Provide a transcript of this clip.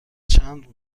چند